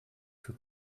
für